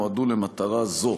נועדו למטרה זו.